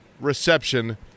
reception